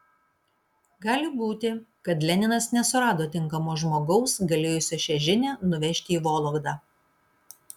gali būti kad leninas nesurado tinkamo žmogaus galėjusio šią žinią nuvežti į vologdą